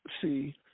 see